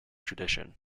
tradition